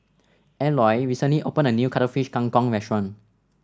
Eoy recently opened a new Cuttlefish Kang Kong restaurant